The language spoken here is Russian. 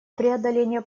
преодоления